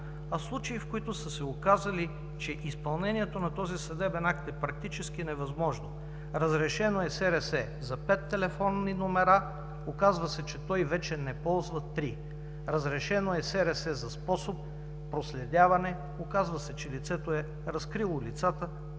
в случаи, в които са се оказали, че изпълнението на този съдебен акт е практически невъзможно. Разрешено е СРС за пет телефонни номера, оказва се, че той вече не ползва три. Разрешено е СРС за способ проследяване, оказва се, че лицето е разкрило лицата